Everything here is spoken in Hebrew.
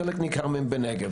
חלק ניכר מהן בנגב